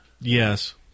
Yes